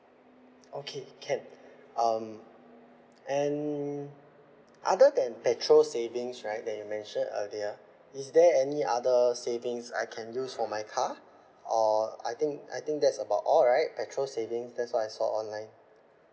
okay can um and other than petrol savings right that you mentioned earlier is there any other savings I can use for my car or I think I think that's about all right petrol savings that's what I saw online